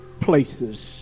places